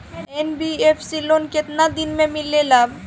NBFC loan केतना दिन मे मिलेला?